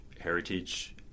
heritage